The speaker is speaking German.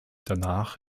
danach